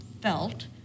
felt